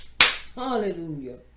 Hallelujah